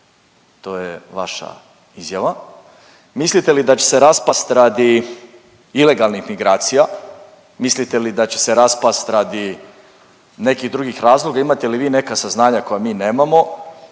to je vaša izjava. Mislite li da će se raspasti radi ilegalnih migracija? Mislite li da će se raspasti radi nekih drugih razloga? Imate li vi neka saznanja koja mi nemamo?